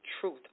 Truth